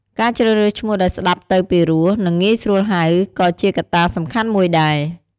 ការជ្រើសរើសឈ្មោះដែលស្តាប់ទៅពីរោះ និង ងាយស្រួលហៅ ក៏ជាកត្តាសំខាន់មួយដែរ។